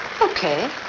Okay